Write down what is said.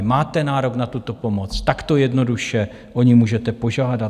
Máte nárok na tuto pomoc, takto jednoduše o ni můžete požádat.